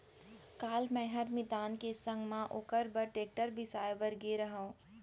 काल मैंहर मितान के संग म ओकर बर टेक्टर बिसाए बर गए रहव